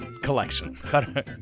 Collection